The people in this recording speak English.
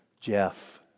Jeff